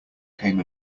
came